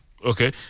Okay